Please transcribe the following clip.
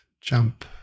jump